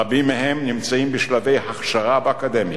רבים מהם נמצאים בשלבי הכשרה באקדמיה.